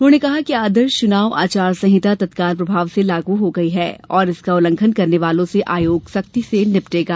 उन्होंने कहा कि आदर्श चुनाव आचार संहिता तत्काल प्रभाव से लागू हो गई है और इसका उल्लंघन करने वालों से आयोग सख्ती से निपटेगा